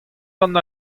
gant